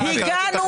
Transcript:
חברת